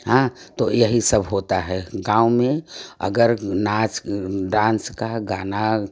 हाँ तो यही सब होता है गाँव में अगर नाच डांस का गाना